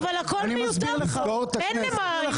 אבל הכול מיותר פה, אין למה.